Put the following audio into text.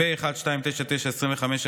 פ/1299/25,